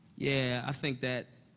yeah, i think that